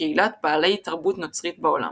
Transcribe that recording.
וקהילות בעלי תרבות נוצרית בעולם.